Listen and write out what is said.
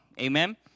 Amen